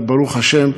וברוך השם,